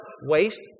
waste